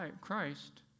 Christ